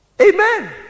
Amen